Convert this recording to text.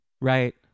Right